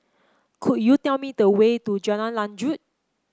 could you tell me the way to Jalan Lanjut